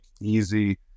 easy